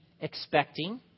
expecting